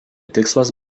tikslas